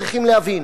צריכות להבין: